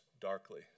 darkly